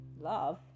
love